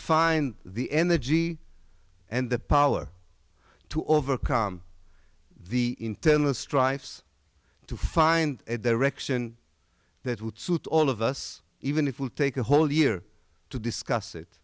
find the energy and the power to overcome the internal strife so to find a direction that would suit all of us even if we'll take a whole year to discuss it